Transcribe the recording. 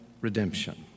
redemption